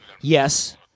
Yes